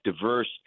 diverse